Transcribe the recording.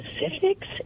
specifics